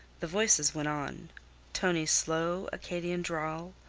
the voices went on tonie's slow, acadian drawl,